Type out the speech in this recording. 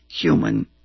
human